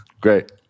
Great